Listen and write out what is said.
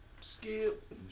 Skip